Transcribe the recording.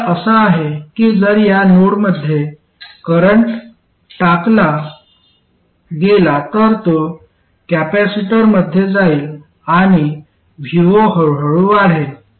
मुद्दा असा आहे की जर या नोडमध्ये करंट टाकला गेला तर तो कॅपेसिटरमध्ये जाईल आणि vo हळूहळू वाढेल